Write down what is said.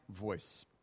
voice